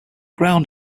ground